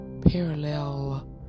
parallel